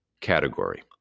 category